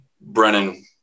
Brennan